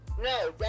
No